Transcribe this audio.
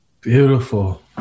Beautiful